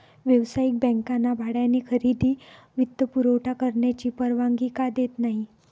व्यावसायिक बँकांना भाड्याने खरेदी वित्तपुरवठा करण्याची परवानगी का देत नाही